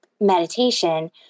meditation